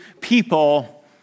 people